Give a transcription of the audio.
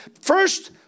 First